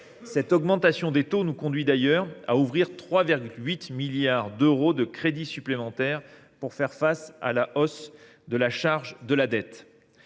Cette augmentation des taux nous conduit d’ailleurs à ouvrir 3,8 milliards d’euros de crédits supplémentaires pour faire face à la hausse de la charge de la dette.